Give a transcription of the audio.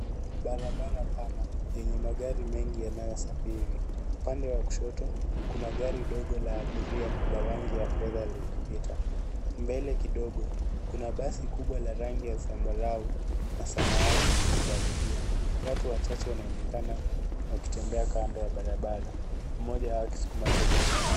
Barabara pana yenye magari mengi yanayosafiri. Kando ya kushoto, kuna gari dogo la abiria la rangi ya fedha likipita. Mbele kidogo, kuna basi kubwa la rangi ya zambarau na samawati likikaribia. Watu wachache wanaonekana wakitembea kando ya barabara, mmoja wao akisukuma toroli.